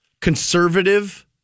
conservative